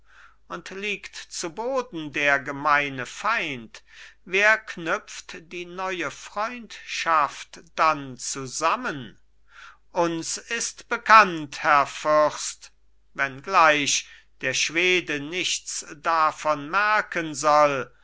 und liegt zu boden der gemeine feind wer knüpft die neue freundschaft dann zusammen uns ist bekannt herr fürst wenngleich der schwede nichts davon merken soll